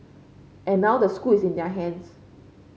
and now the school is in their hands